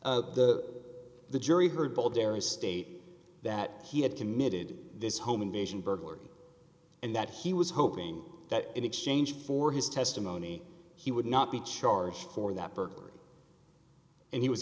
the the jury heard both gary state that he had committed this home invasion burglary and that he was hoping that in exchange for his testimony he would not be charged for that burglary and he was